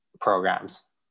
programs